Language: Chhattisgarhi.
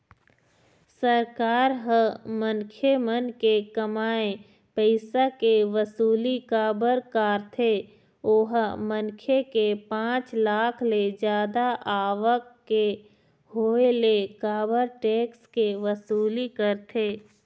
सरकार ह मनखे मन के कमाए पइसा के वसूली काबर कारथे ओहा मनखे के पाँच लाख ले जादा आवक के होय ले काबर टेक्स के वसूली करथे?